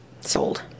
Sold